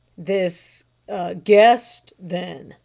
this guest then,